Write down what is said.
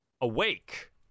awake